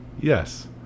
yes